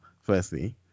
firstly